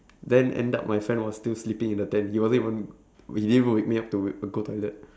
then end up my friend was still sleeping in the tent he wasn't even he didn't even wake me up to go toilet